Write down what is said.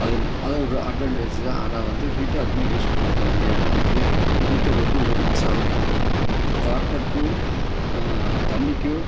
அதுன அது ஒரு அட்வான்டேஜ்ஜிதான் ஆனால் வந்து ஹீட்டர அதிகமாக யூஸ் பண்ணக்கூடாது ஏனால் வந்து ஹீட்டர் வந்து ஒரு மின்சாதனப் பொருள் வாட்டர்க்கும் தண்ணிக்கும்